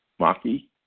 Maki